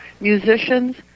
musicians